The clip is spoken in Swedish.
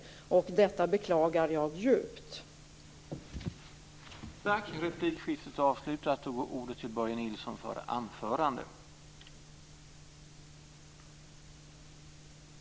Detta beklagar jag djupt.